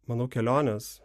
manau kelionės